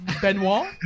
Benoit